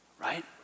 right